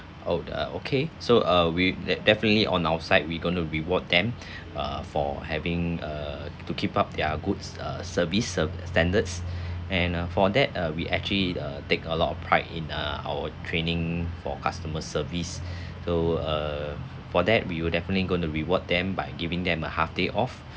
oh uh okay so uh we that definitely on our side we going to reward them uh for having err to keep up their goods err service s~ standards and uh for that uh we actually uh take a lot of pride in uh our training for customer service so err for that we will definitely going to reward them by giving them a half day off